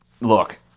Look